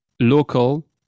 local